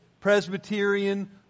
Presbyterian